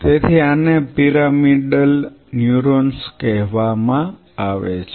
તેથી આને pyramidal neurons કહેવામાં આવે છે